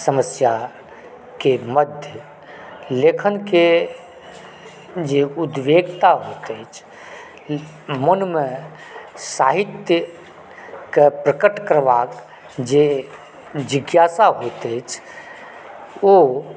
समस्याके मध्य लेखनकेॅं जे उद्वेगता होयत अछि मोनमे साहित्यके प्रकट करबाक जे जिज्ञासा होयत अछि ओ